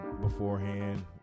beforehand